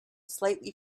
slightly